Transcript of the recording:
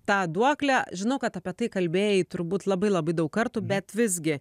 tą duoklę žinau kad apie tai kalbėjai turbūt labai labai daug kartų bet visgi